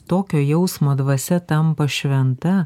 tokio jausmo dvasia tampa šventa